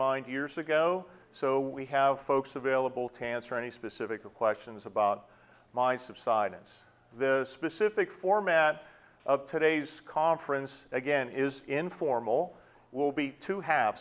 mined years ago so we have folks available to answer any specific questions about my subsidence the specific format of today's conference again is informal will be to have